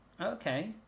Okay